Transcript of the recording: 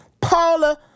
Paula